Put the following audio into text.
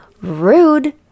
rude